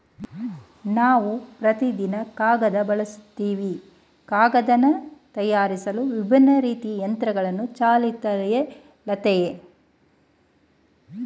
ನಾವು ಪ್ರತಿದಿನ ಕಾಗದ ಬಳಸ್ತಿವಿ ಕಾಗದನ ತಯಾರ್ಸಲು ವಿಭಿನ್ನ ರೀತಿ ಯಂತ್ರಗಳು ಚಾಲ್ತಿಯಲ್ಲಯ್ತೆ